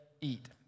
eat